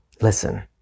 Listen